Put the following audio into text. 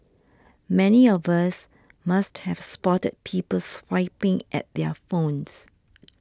many of us must have spotted people swiping at their phones